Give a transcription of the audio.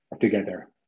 together